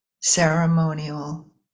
ceremonial